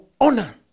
honor